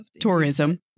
tourism